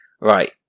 right